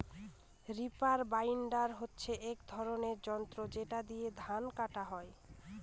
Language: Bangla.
রিপার বাইন্ডার হচ্ছে এক ধরনের যন্ত্র যেটা দিয়ে ধান কাটা হয়